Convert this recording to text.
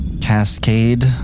Cascade